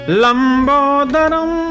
lambodaram